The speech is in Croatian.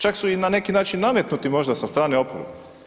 Čak su i na neki način nametnuti možda sa strane oporbe.